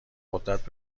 قدرت